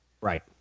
Right